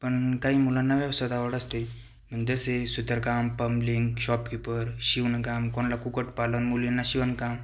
पण काही मुलांना व्यवसायात आवड असते जसे सुतारकाम पम्बलिंग शॉपकीपर शिवणकाम कोणाला कुक्कुटपालन मुलींना शिवणकाम